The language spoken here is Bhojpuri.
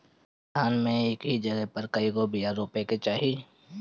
धान मे एक जगही पर कएगो बिया रोपे के चाही?